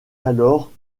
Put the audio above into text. alors